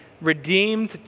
redeemed